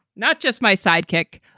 not just my sidekick,